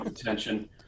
attention